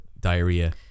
diarrhea